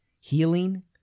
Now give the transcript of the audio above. Healing